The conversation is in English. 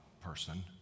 person